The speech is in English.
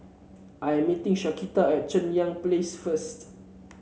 I am meeting Shaquita at Cheng Yan Place first